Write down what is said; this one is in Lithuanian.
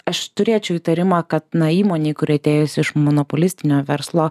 aš turėčiau įtarimą kad na įmonei kuri atėjusi iš monopolistinio verslo